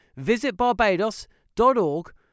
visitbarbados.org